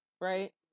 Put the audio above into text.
right